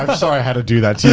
ah sorry, i had to do that to